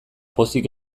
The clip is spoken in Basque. pozik